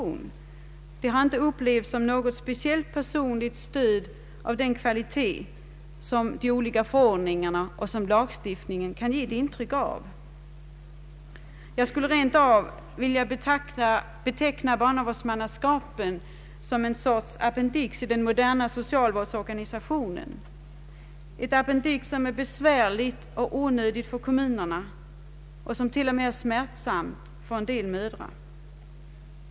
Kontakten med dem har inte upplevts som något speciellt personligt stöd av den kvalitet som de olika förordningarna och lagarna kan ge intryck av. Jag skulle rent av vilja betrakta barnavårdsmannaskapet som ett slags appendix i den moderna socialvårdsorganisationen — ett appendix som är besvärligt och onödigt för kommunerna och som till och med är smärtsamt för en del mödrar.